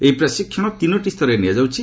ଏହି ପ୍ରଶିକ୍ଷଣ ତିନୋଟି ସ୍ତରରେ ଦିଆଯାଉଛି